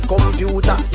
Computer